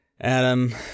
Adam